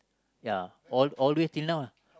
ya all al the way till now ah